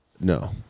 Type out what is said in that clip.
No